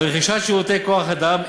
על רכישת שירותי כוח-אדם,